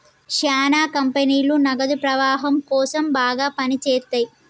శ్యానా కంపెనీలు నగదు ప్రవాహం కోసం బాగా పని చేత్తయ్యి